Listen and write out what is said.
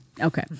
Okay